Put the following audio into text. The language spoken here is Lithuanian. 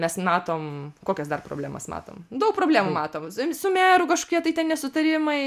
mes matom kokias dar problemas matom daug problemų matom su meru kažkokie tai ten nesutarimai